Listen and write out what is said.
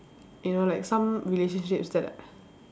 you know like some relationships that